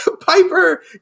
Piper